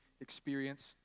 experience